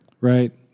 Right